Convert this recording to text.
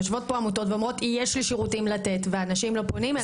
יושבות פה עמותות ואומרות שיש להן שירותים לתת ואנשים לא פונים אליהן.